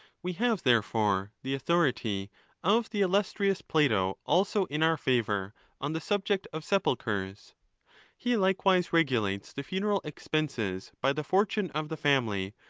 we have, therefore, the authority of the illustrious plato also in our favour on the subject of sepulchres. he likewise regulates the funeral expenses by the fortune of the family,